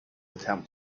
attempt